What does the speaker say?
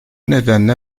nedenle